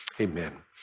Amen